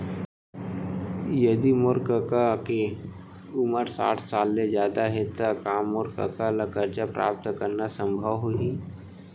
यदि मोर कका के उमर साठ साल ले जादा हे त का मोर कका ला कर्जा प्राप्त करना संभव होही